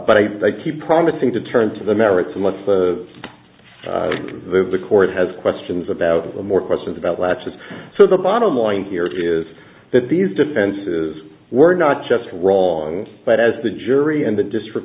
but i keep promising to turn to the merits unless the move the court has questions about the more questions about latches so the bottom line here is that these defenses were not just wrong but as the jury and the district